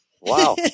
Wow